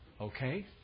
Okay